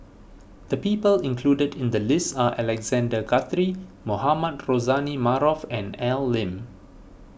the people included in the list are Alexander Guthrie Mohamed Rozani Maarof and Al Lim